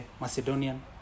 Macedonian